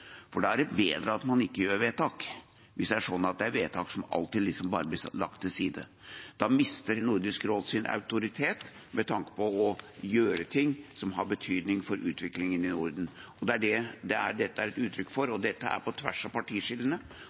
er bedre at man ikke gjør vedtak hvis det er slik at vedtak alltid bare blir lagt til side. Da mister Nordisk råd sin autoritet, med tanke på å gjøre ting som har betydning for utviklingen i Norden. Det er det dette er uttrykk for. Dette er på tvers av partiskillene, og dette er en samtale som går blant parlamentarikerne under sesjonen og på